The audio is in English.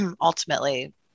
ultimately